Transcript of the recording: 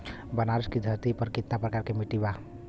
बनारस की धरती पर कितना प्रकार के मिट्टी बा?